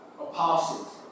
apostles